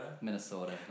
Minnesota